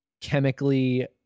chemically